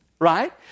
right